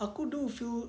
aku do feel